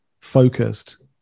focused